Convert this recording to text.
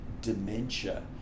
dementia